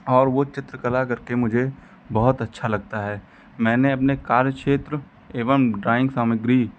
और वो चित्रकला करके मुझे बहुत अच्छा लगता है मैंने अपने कार्यक्षेत्र एवं ड्राइंग सामग्री